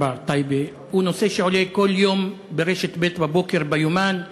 טייבה הוא נושא שעולה כל יום ב"יומן הבוקר"